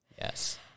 yes